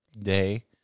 day